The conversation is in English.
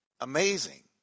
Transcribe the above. Amazing